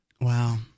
Wow